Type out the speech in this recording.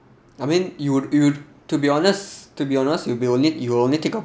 I mean you would you'd to be honest to be honest you'll be only you'll only think of